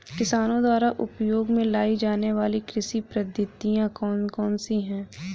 किसानों द्वारा उपयोग में लाई जाने वाली कृषि पद्धतियाँ कौन कौन सी हैं?